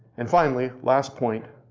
and finally, last point.